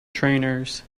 trainers